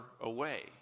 away